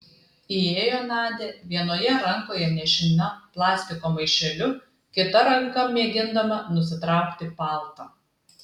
įėjo nadia vienoje rankoje nešina plastiko maišeliu kita ranka mėgindama nusitraukti paltą